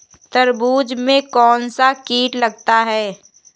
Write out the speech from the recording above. तरबूज में कौनसा कीट लगता है?